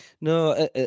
no